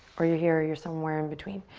or you're here or you're somewhere in-between.